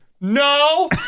No